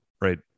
right